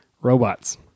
Robots